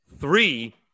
three